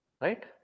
Right